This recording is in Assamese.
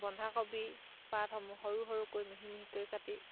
বন্ধাকবিৰ পাতসমূহ সৰু সৰুকৈ মিহি মিহিকৈ কাটি